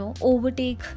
overtake